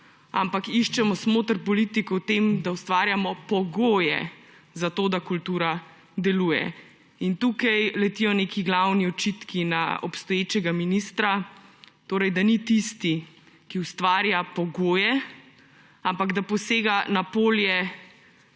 ampak iščemo smoter politike v tem, da ustvarjamo pogoje za to, da kultura deluje. Tukaj letijo neki glavni očitki na obstoječega ministra, torej da ni tisti, ki ustvarja pogoje, ampak da posega na polje